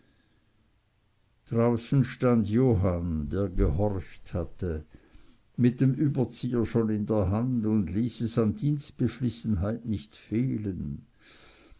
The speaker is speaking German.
draußen stand johann der gehorcht hatte mit dem überzieher schon in der hand und ließ es an dienstbeflissenheit nicht fehlen